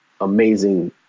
amazing